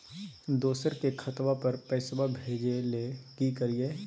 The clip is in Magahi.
दोसर के खतवा पर पैसवा भेजे ले कि करिए?